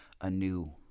anew